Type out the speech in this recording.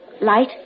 Light